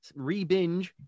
ReBinge